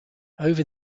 over